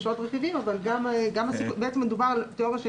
יש עוד רכיבים אבל בעצם מדובר על תיאוריה של